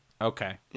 Okay